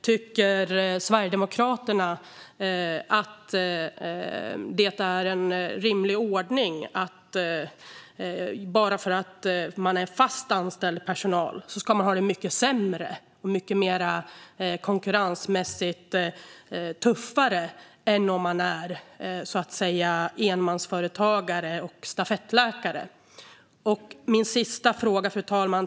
Tycker Sverigedemokraterna att det är en rimlig ordning att fast anställd personal ska ha det mycket sämre och konkurrensmässigt tuffare än enmansföretagare och stafettläkare? Fru talman!